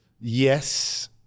Yes